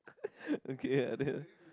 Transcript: okay ah like that